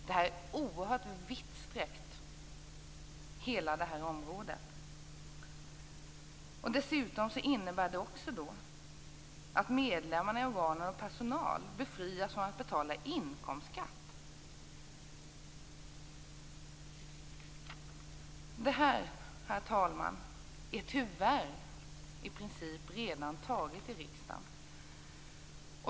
Det här området är oerhört vidsträckt. Dessutom innebär detta att medlemmarna i organen och personalen befrias från att betala inkomstskatt. Det här, herr talman, är tyvärr i princip redan beslutat i riksdagen.